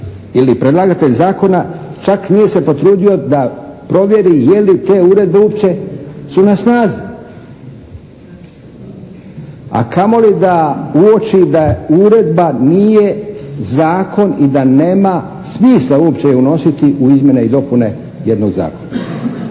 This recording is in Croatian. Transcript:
ili predlagatelj zakona čak nije se potrudio da provjeri je li te uredbe uopće su na snazi a kamoli da uoči da uredba nije zakon i da nema smisla uopće unositi u izmjene i dopune jednog zakona.